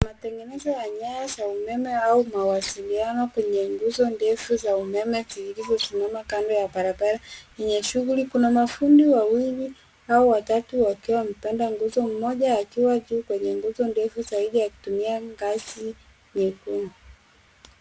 Matengenezo ya nyaya za umeme au mawasiliano kwenye nguzo ndefu za umeme zilizosimama kando ya barabara yenye shughuli. Kuna mafundi wawili au watatu wakiwa wamepanda nguzo, mmoja akiwa juu kwenye nguzo ndefu zaidi, akitumia ngazi nyekundu.